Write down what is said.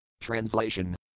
TRANSLATION